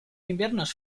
inviernos